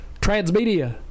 Transmedia